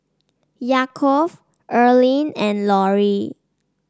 Yaakov Earlean and Lorrie